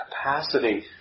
capacity